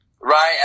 right